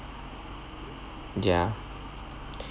yeah